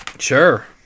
Sure